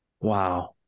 Wow